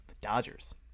Dodgers